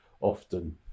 often